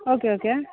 okay okay